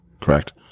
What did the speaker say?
correct